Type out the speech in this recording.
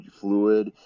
fluid